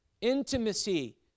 intimacy